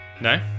No